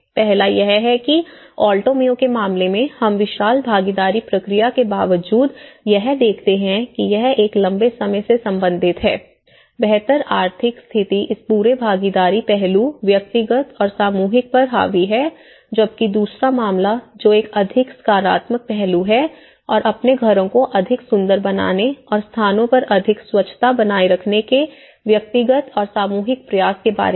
पहला यह कि ऑल्टो मेयो के मामले में हम विशाल भागीदारी प्रक्रिया के बावजूद यह देखते हैं कि यह एक लंबे समय से संबंधित है बेहतर आर्थिक स्थिति इस पूरे भागीदारी पहलू व्यक्तिगत और सामूहिक पर हावी है जबकि दूसरा मामला जो एक अधिक सकारात्मक पहलू है और अपने घरों को अधिक सुंदर बनाने और स्थानों पर अधिक स्वच्छता बनाए रखने के व्यक्तिगत और सामूहिक प्रयास के बारे में है